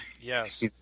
Yes